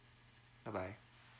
bye bye